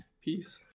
Peace